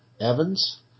Evans